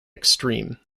extreme